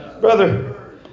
Brother